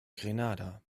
grenada